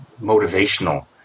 motivational